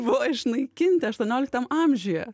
buvo išnaikinti aštuonioliktam amžiuje